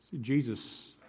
Jesus